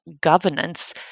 governance